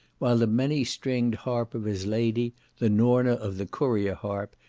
while the many-stringed harp of his lady, the norna of the courier harp,